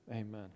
amen